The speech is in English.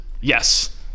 Yes